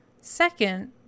Second